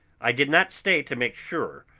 i did not stay to make sure,